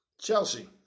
Chelsea